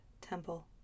temple